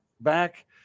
back